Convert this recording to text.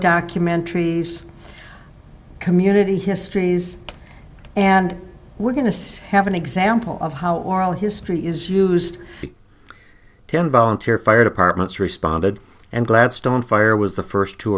documentaries community histories and we're going to have an example of how oral history is used ten volunteer fire departments responded and gladstone fire was the first to